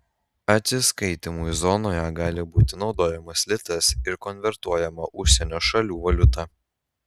atsiskaitymui zonoje gali būti naudojamas litas ir konvertuojama užsienio šalių valiuta